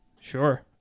sure